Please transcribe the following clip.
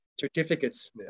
certificates